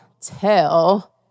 tell